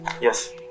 Yes